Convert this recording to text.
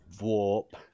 warp